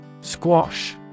Squash